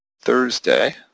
Thursday